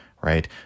right